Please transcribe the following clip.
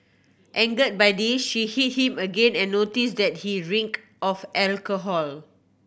angered by this she hit him again and noticed that he reeked of alcohol